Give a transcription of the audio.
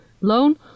loan